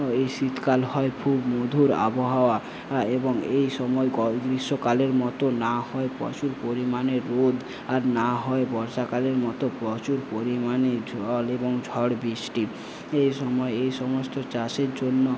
এই শীতকাল হয় খুব মধুর আবহাওয়া এবং এই সময়ে গ্রীষ্মকালের মতো না হয় প্রচুর পরিমাণে রোদ আর না হয় বর্ষাকালের মতো প্রচুর পরিমাণে জল এবং ঝড় বৃষ্টি এই সময়ে এই সমস্ত চাষের জন্য